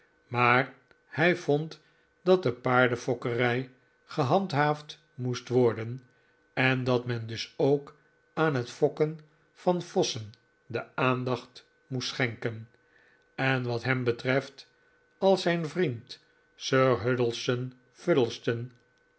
maar hij vond dat de paardenfokkerij gehandhaafd moest worden en dat men dus ook aan het fokken van vossen de aandacht moest schenken en wat hem betreft als zijn vriend